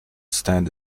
stand